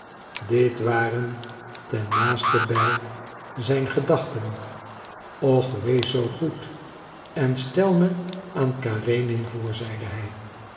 dit waren ten naastebij zijn gedachten och wees zoo goed en stel me aan karenin voor zeide hij